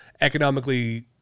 economically –